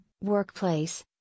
Workplace